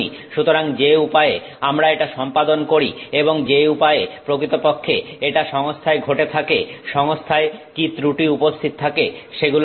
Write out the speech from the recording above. সুতরাং যে উপায়ে আমরা এটা সম্পাদন করি এবং যে উপায়ে প্রকৃতপক্ষে এটা সংস্থায় ঘটে থাকে সংস্থায় কি ত্রুটি উপস্থিত থাকে সেগুলো করা